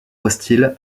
hostile